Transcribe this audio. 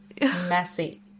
messy